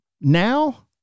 now